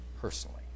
personally